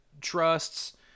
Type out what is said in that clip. trusts